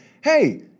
hey